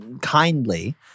kindly